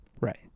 Right